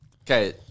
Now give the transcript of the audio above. Okay